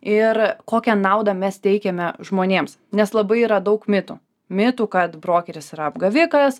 ir kokią naudą mes teikiame žmonėms nes labai yra daug mitų mitų kad brokeris yra apgavikas